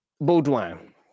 Baudouin